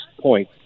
point